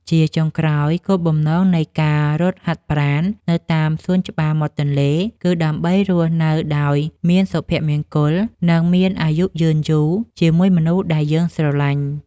ជាចុងក្រោយ គោលបំណងនៃការរត់ហាត់ប្រាណនៅតាមសួនច្បារមាត់ទន្លេគឺដើម្បីរស់នៅដោយមានសុភមង្គល និងមានអាយុយឺនយូរជាមួយមនុស្សដែលយើងស្រឡាញ់។